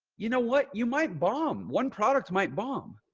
you know what you might bomb, one product might bomb,